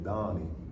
Donnie